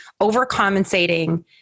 overcompensating